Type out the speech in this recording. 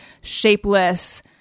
shapeless